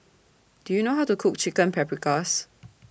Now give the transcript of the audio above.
Do YOU know How to Cook Chicken Paprikas